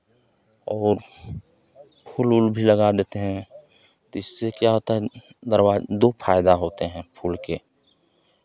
और फूल उल भी लगा देते हैं तो इससे क्या होता है दो फायदे होते हैं फूल के